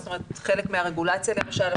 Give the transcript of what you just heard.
חלק מהרגולציה למשל,